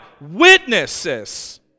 witnesses